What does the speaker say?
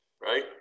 Right